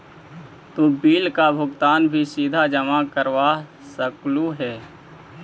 तु बिल का भुगतान भी सीधा जमा करवा सकलु हे